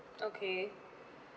okay